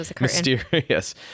mysterious